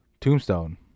Tombstone